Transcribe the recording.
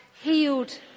healed